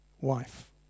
wife